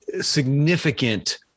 significant